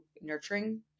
nurturing